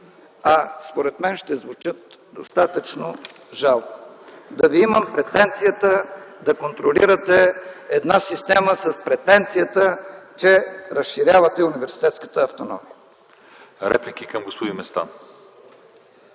а според мен ще звучат достатъчно жалко. Да Ви имам претенцията да контролирате една система с претенцията, че разширявате университетската автономия! ПРЕДСЕДАТЕЛ ЛЪЧЕЗАР